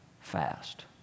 fast